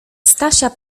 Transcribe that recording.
stasia